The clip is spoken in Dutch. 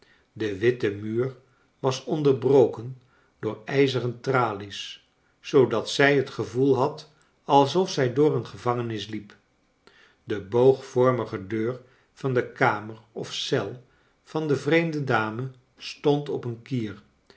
de witte mixur was onderbroken door ijzeren tralies zoodat zij het gevoel had alsof zij door een gevangenis liep de boogvormige deur van de kamer of eel van de vreemde dame stond op een kier